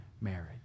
marriage